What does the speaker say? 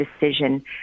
decision